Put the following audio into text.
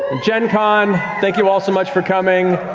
gen con. thank you all so much for coming.